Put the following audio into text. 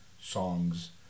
songs